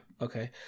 Okay